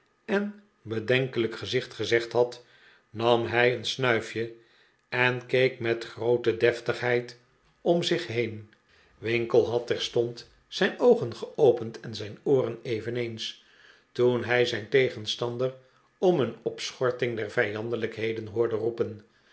en bedenkelijk gezicht gezegd had nam hij een snuifje en keek met groote deftigheid om zich heen winkle had terstond zijn oogen geopend en zijn ooren eveneens toen hij zijn tegenstander om een opschorting der vijandelijkheden hoorde roepenj